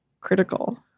Critical